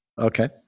Okay